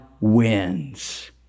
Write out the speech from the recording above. wins